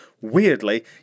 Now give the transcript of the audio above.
weirdly